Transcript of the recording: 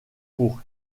pour